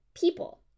people